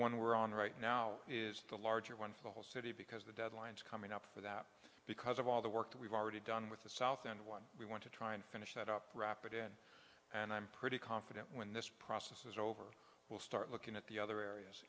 one we're on right now is the larger one for the whole city because the deadlines coming up for that because of all the work that we've already done with the south and one we want to try and finish that up wrap it in and i'm pretty confident when this process is over we'll start looking at the other areas